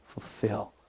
fulfill